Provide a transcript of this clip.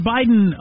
Biden